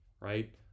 right